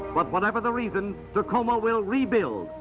but whatever the reason, tacoma will rebuild!